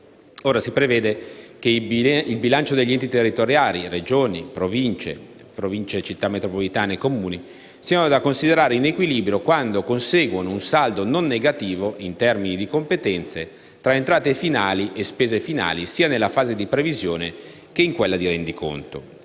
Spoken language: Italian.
Ora si prevede che i bilanci degli enti territoriali (Regioni, Province autonome, Province, Città metropolitane e Comuni) siano da considerare in equilibrio quando conseguono un saldo non negativo, in termini di competenza, tra le entrate finali e le spese finali, sia nella fase di previsione che in quella di rendiconto.